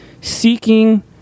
seeking